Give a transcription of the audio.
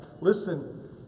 Listen